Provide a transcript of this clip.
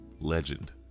Legend